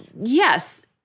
yes